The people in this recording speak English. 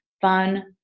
fun